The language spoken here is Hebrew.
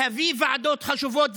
להביא ועדות חשובות.